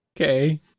Okay